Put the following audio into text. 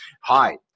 hi